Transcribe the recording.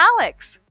Alex